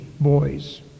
boys